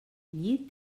llit